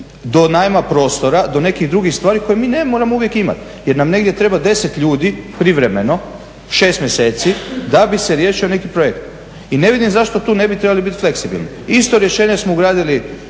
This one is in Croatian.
do najma prostora, do nekih drugih stvari koje mi ne moramo uvijek imati jer nam negdje treba 10 ljudi privremeno 6 mjeseci da bi se riješio neki projekt. I ne vidim zašto tu ne bi trebali biti fleksibilni. Isto rješenje smo ugradili